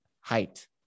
height